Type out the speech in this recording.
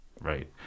Right